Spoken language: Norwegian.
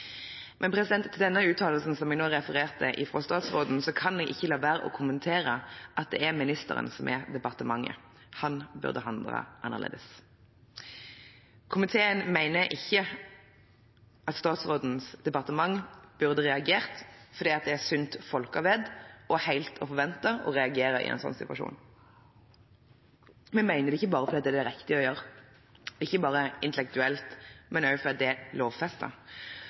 Men til den uttalelsen som jeg nå refererte fra statsråden, kan jeg ikke la være å kommentere at det er ministeren som «er» departementet. Han burde handlet annerledes. Komiteen mener statsrådens departement burde reagert fordi det er sunt folkevett og helt å forvente å reagere i en sånn situasjon. Vi mener det ikke bare fordi det er riktig å gjøre, ikke bare intellektuelt, men også fordi det